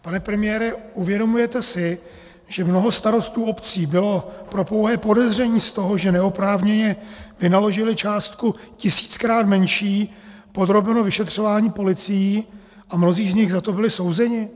Pane premiére, uvědomujete si, že mnoho starostů obcí bylo pro pouhé podezření z toho, že neoprávněně vynaložili částku tisíckrát menší, podrobeno vyšetřování policií a mnozí z nich za to byli souzeni?